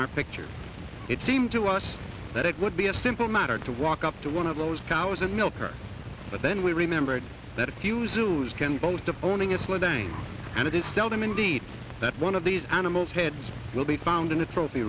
our pictures it seemed to us that it would be a simple matter to walk up to one of those cows and milk her but then we remembered that a few zoos can bowl to owning a slow day and it is seldom indeed that one of these animals heads will be found in the trophy